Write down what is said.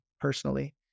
personally